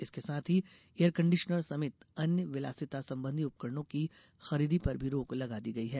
इसके साथ ही एयरकण्डीशनर समेत अन्य विलासिता संबंधी उपकरणों की खरीदी पर भी रोक लगा दी गई है